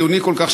חיוני כל כך,